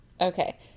Okay